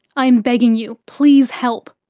i am begging you please help.